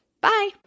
Bye